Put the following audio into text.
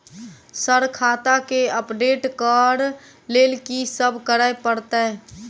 Sir खाता केँ update करऽ लेल की सब करै परतै?